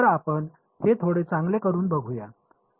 तर आपण हे थोडे चांगले करून बघू या